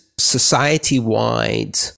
society-wide